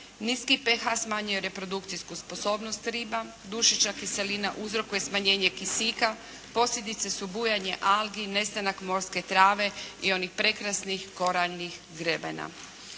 Niski pH smanjuje reprodukcijsku sposobnost riba. Dušična kiselina uzrokuje smanjenje kisika. Posljedica su bujanje algi, nestanak morske trave i onih prekrasnih koraljnih grebena.